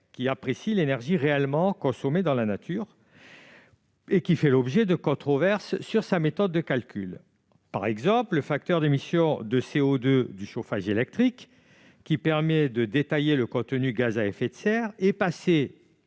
qui apprécie l'énergie réellement consommée dans la nature, et don la méthode de calcul est controversée. Par exemple, le facteur d'émission de CO2 du chauffage électrique, qui permet de détailler le contenu gaz à effet de serre, est passé